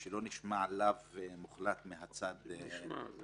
שלא נשמע לאו מחולט מהצד --- נשמע.